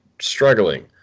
struggling